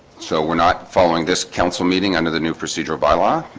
so we're not following this council meeting under the new procedural bylaw.